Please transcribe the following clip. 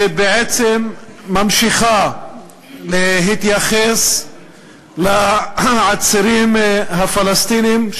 שבעצם ממשיכה להתייחס לעצירים הפלסטינים,